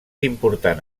important